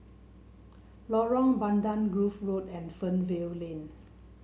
Lorong Bandang Grove Road and Fernvale Lane